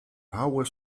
power